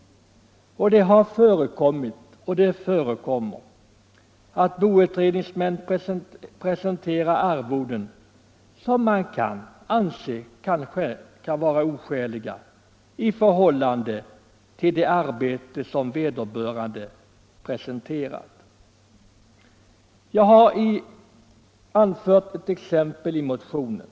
Det har förekommit — och förekommer — att boutredningsmän begärt Nr 30 arvoden som man kan anse oskäliga i förhållande till det arbete som Onsdagen den vederbörande presterat. Jag har anfört ett exempel i motionen.